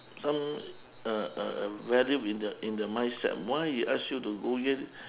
some uh uh uh value in the in the mindset why he ask you to go in